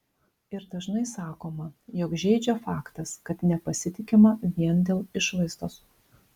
ir dažnai sakoma jog žeidžia faktas kad nepasitikima vien dėl išvaizdos